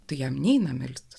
tai jam neina melstis